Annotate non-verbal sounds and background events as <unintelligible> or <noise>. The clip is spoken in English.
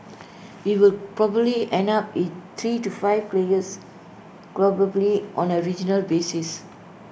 we will probably end up with three to five players <unintelligible> on A regional basis